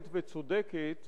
הוגנת וצודקת